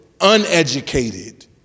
uneducated